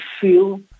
feel